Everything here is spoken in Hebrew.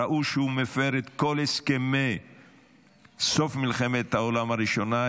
ראו שהוא מפר את כל הסכמי סוף מלחמת העולם הראשונה,